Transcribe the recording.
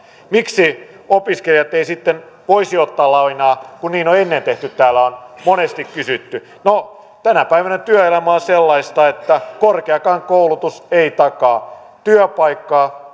miksi opiskelijat eivät sitten voisi ottaa lainaa kun niin on ennen tehty täällä on monesti kysytty no tänä päivänä työelämä on sellaista että korkeakaan koulutus ei takaa työpaikkaa